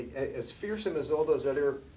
as fearsome as all those other